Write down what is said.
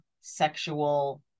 sexual